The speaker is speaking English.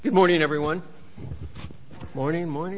good morning everyone morning morning